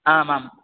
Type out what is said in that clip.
आमां